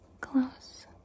Close